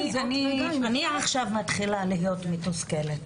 אני עכשיו מתחילה להיות מתוסכלת.